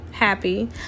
Happy